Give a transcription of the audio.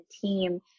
team